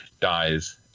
dies